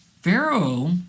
Pharaoh